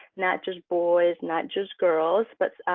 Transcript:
not just boys, not just girls, but